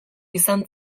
izan